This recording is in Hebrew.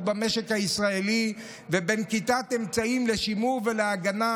במשק הישראלי ונקיטת אמצעים לשימור ולהגנה,